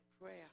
prayer